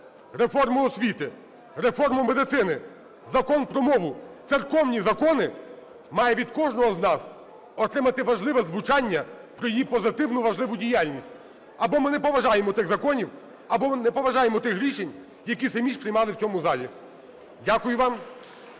реформу освіти, реформу медицини, Закон про мову, церковні закони має від кожного з нас отримати важливе звучання про її позитивну важливу діяльність. Або ми не поважаємо тих законів, або ми не поважаємо тих рішень, які самі ж приймали в цьому залі. Дякую вам.